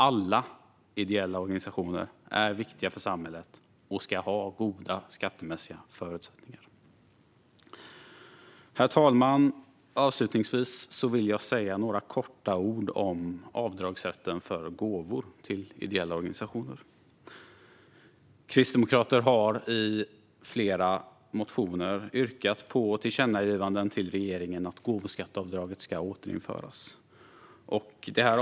Alla ideella organisationer är viktiga för samhället och ska ha goda skattemässiga förutsättningar. Herr talman! Avslutningsvis vill jag säga några korta ord om avdragsrätten för gåvor till ideella organisationer. Kristdemokrater har i flera motioner yrkat på tillkännagivanden till regeringen om att gåvoskatteavdraget ska återinföras.